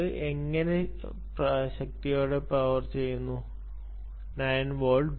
നിങ്ങൾ ഇത് എങ്ങനെ ശക്തിയോടെ പവർ ചെയ്യുന്നു വിദ്യാർത്ഥി 9 വോൾട്ട്